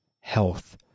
health